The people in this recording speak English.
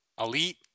elite